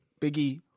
Biggie